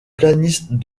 pianiste